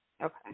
Okay